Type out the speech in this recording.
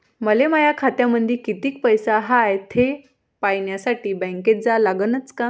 मले माया खात्यामंदी कितीक पैसा हाय थे पायन्यासाठी बँकेत जा लागनच का?